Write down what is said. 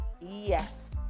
Yes